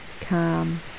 calm